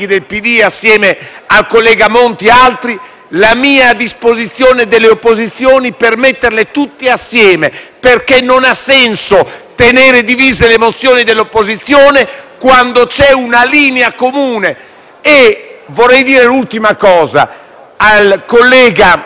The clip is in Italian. al collega Monti e ad altri colleghi, la mia richiesta alle opposizioni è di metterle tutte assieme, perché non ha senso tenere divise le mozioni dell'opposizione, quando c'è una linea comune. Vorrei dire un'ultima cosa al collega Romeo,